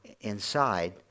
inside